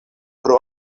pro